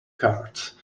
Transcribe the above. cards